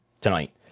tonight